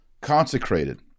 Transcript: consecrated